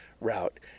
route